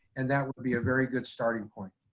and that be a very good starting point.